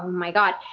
my god.